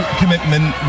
commitment